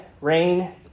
rain